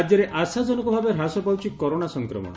ରାଜ୍ୟରେ ଆଶାଜନକଭାବେ ହ୍ରାସ ପାଉଛି କରୋନା ସଂକ୍ରମଣ